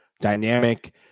dynamic